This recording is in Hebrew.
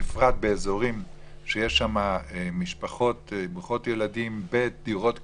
בפרט באזורים שיש בהם משפחות ברוכות ילדים בדירות קטנות,